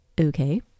okay